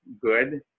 good